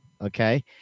Okay